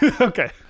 Okay